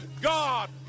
God